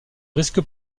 risque